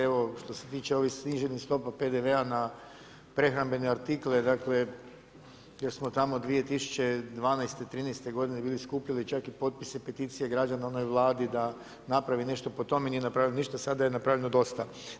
Evo što se tiče ovih sniženih stopa PDV-a na prehrambene artikle, dakle jer smo tamo 2012., 2013. godine bili skupili čak i potpise, peticije građana u onoj Vladi da napravi nešto po tome, nije napravila ništa, sada je napravljeno dosta.